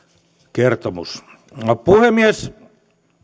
kertomus puhemies